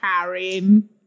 karen